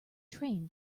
train